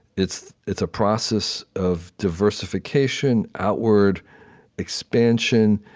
it's it's a process of diversification, outward expansion,